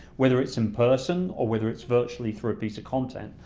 whether it's in person or whether it's virtually through a piece of content.